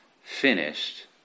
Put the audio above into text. finished